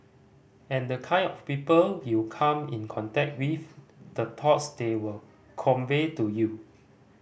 and the kind of people you come in contact with the thoughts they were convey to you